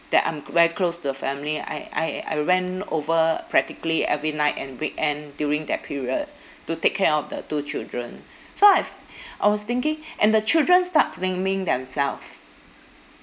that I'm very close to the family I I I ran over practically every night and weekend during that period to take care of the two children so I've I was thinking and the children start blaming themself